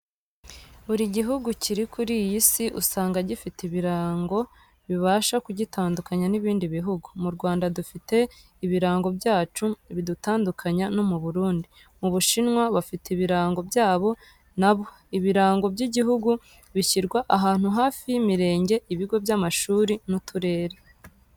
Buri gihugu kiri kuri iyi Si usanga gifite ibirango bibasha kugitandukanya n'ibindi bihugu. Mu Rwanda dufite ibirango byacu bidutandukanya no mu Burundi, mu Bushinwa bafite ibirango byabo nabo. Ibirango by'igihugu bishyirwa ahantu hafi y'imirenge, ibigo by'amashuri n'uturere.